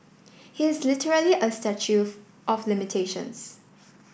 he is literally a statue of limitations